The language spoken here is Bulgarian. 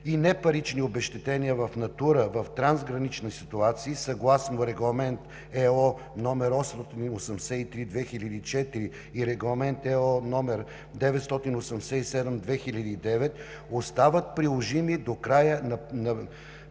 и непарични обезщетения в натура, в трансгранична ситуации съгласно Регламент ЕО № 83204 и Регламент ЕО № 987209 остават приложими до края на